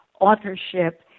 authorship